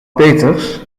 peeters